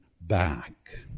back